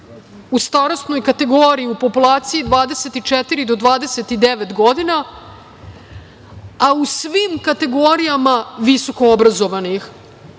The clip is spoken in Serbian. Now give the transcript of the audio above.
u starosnoj kategoriji u populaciji 24 do 29 godina, a u svim kategorijama visokoobrazovanih